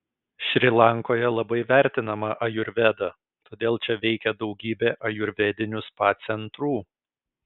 šri lankoje labai vertinama ajurveda todėl čia veikia daugybė ajurvedinių spa centrų